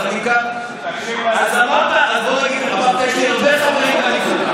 אז אמרת: יש לי הרבה חברים מהליכוד.